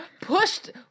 pushed